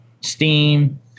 steam